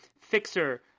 Fixer